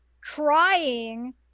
crying